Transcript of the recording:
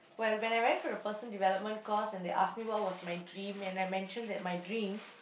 well when I went for the person development course and they ask me what was my dream and I mention that my dream